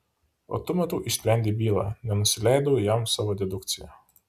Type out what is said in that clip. o tu matau išsprendei bylą nenusileidau jam savo dedukcija